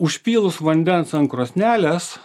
užpylus vandens ant krosnelės